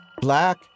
Black